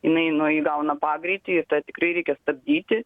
jinai nu įgauna pagreitį ir tą tikrai reikia stabdyti